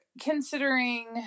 considering